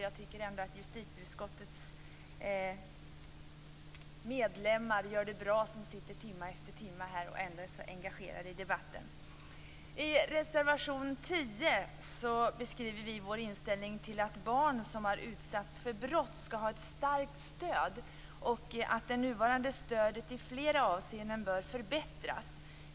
Jag tycker att justitieutskottets medlemmar gör det bra som sitter här timme efter timme och ändå är så engagerade i debatten. I reservation 10 beskriver vi vår inställning att barn som har utsatts för brott skall ha ett starkt stöd. Det nuvarande stödet bör förbättras i flera avseenden.